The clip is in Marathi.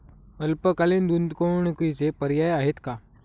अल्पकालीन गुंतवणूकीचे पर्याय आहेत का?